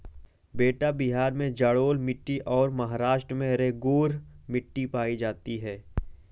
बेटा बिहार में जलोढ़ मिट्टी और महाराष्ट्र में रेगूर मिट्टी पाई जाती है